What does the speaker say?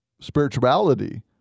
spirituality